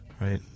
right